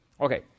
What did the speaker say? Okay